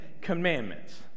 commandments